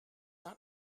not